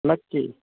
नक्की